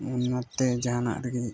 ᱚᱱᱟᱛᱮ ᱡᱟᱦᱟᱱᱟᱜ ᱨᱮᱜᱮ